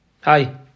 Hi